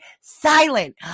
silent